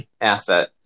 asset